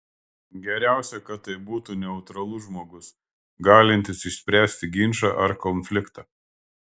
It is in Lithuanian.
geriausia kad tai būtų neutralus žmogus galintis išspręsti ginčą ar konfliktą